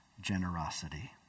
generosity